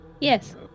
Yes